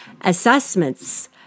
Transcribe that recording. assessments